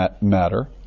matter